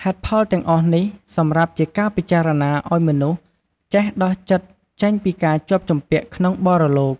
ហេតុផលទាំងអស់នេះ សម្រាប់ជាការពិចារណាអោយមនុស្សចេះដោះចិត្តចេញពីការជាប់ជំពាក់ក្នុងបរលោក។